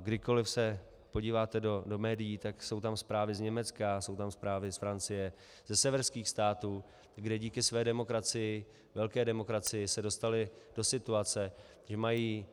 Kdykoli se podíváte do médií, tak jsou tam zprávy z Německa, jsou tam zprávy z Francie, ze severských států, kde díky své demokracii, velké demokracii, se dostali do situace, že mají